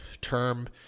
term